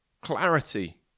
clarity